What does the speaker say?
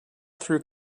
through